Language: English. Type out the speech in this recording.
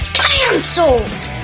cancelled